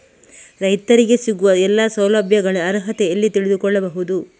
ರೈತರಿಗೆ ಸಿಗುವ ಎಲ್ಲಾ ಸೌಲಭ್ಯಗಳ ಅರ್ಹತೆ ಎಲ್ಲಿ ತಿಳಿದುಕೊಳ್ಳಬಹುದು?